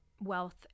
wealth